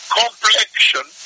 complexion